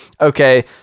okay